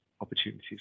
opportunities